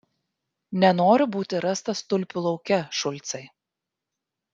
nenoriu būti rastas tulpių lauke šulcai